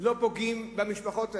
לא פוגעים במשפחות האלה.